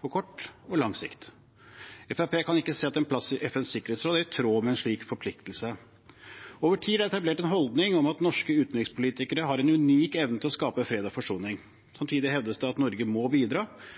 på kort og lang sikt. Fremskrittspartiet kan ikke se at en plass i FNs sikkerhetsråd er i tråd med en slik forpliktelse. Over tid er det etablert en holdning om at norske utenrikspolitikere har en unik evne til å skape fred og forsoning. Samtidig hevdes det at Norge må bidra,